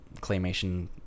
claymation